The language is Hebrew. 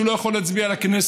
שהוא לא יכול להצביע לכנסת,